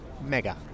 mega